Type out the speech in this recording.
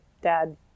dad